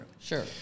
Sure